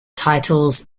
titles